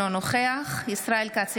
אינו נוכח ישראל כץ,